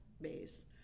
base